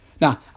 Now